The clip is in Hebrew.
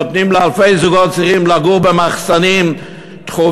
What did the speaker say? נותנים לאלפי זוגות צעירים לגור במחסנים טחובים,